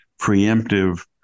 preemptive